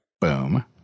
Boom